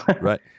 Right